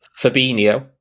Fabinho